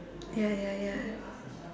ya ya ya